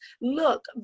Look